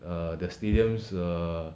err the stadiums err